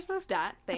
Stat